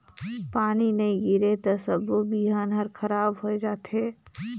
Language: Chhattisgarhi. पानी नई गिरे त सबो बिहन हर खराब होए जथे